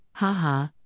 Haha